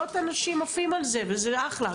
מאות אנשים עפים על זה וזה אחלה.